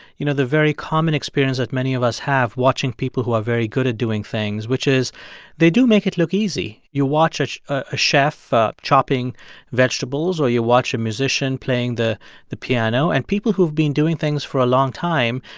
you know, the very common experience that many of us have watching people who are very good at doing things, which is they do make it look easy. you watch a chef chopping vegetables, or you watch a musician playing the the piano, and people who've been doing things for a long time,